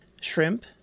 shrimp